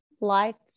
lights